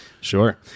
Sure